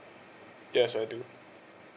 yes I do